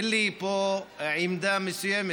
אין לי פה עמדה מסוימת.